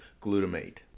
glutamate